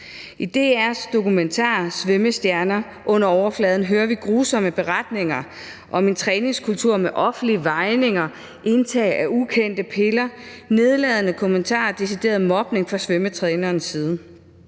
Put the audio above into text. I DR's dokumentar »Svømmestjerner - under overfladen« hører vi grusomme beretninger om en træningskultur med offentlige vejninger, indtag af ukendte piller, nedladende kommentarer og decideret mobning fra svømmetrænerens side.